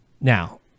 now